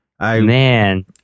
man